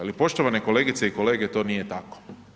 Ali poštovane kolegice i kolege to nije tako.